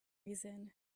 reason